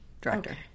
director